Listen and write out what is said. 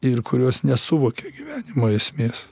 ir kurios nesuvokė gyvenimo esmės